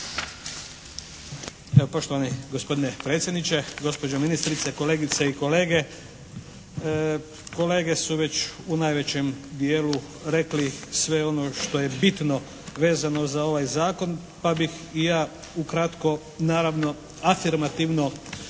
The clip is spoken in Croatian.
poštovani gospodine predsjedniče, gospođo ministrice, kolegice i kolege kolege su već u najvećem dijelu rekli sve ono što je bitno vezano za ovaj zakon pa bih i ja ukratko naravno afirmativno